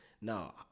Now